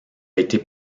été